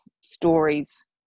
stories